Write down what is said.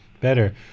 Better